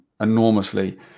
enormously